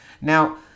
Now